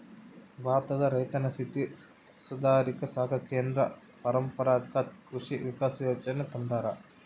ಭಾರತದ ರೈತರ ಸ್ಥಿತಿ ಸುಧಾರಿಸಾಕ ಕೇಂದ್ರ ಪರಂಪರಾಗತ್ ಕೃಷಿ ವಿಕಾಸ ಯೋಜನೆ ತಂದಾರ